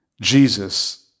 Jesus